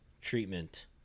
treatment